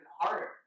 harder